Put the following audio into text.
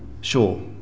sure